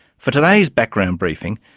for today's background briefing,